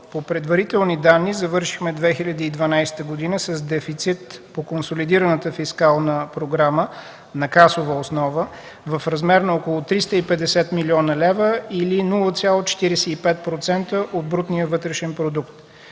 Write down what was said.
по предварителни данни завършихме 2012 г. с дефицит по консолидираната фискална програма на касова основа в размер на около 350 млн. лв. или 0,45% от брутния вътрешен продукт.